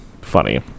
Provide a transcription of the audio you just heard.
funny